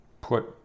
put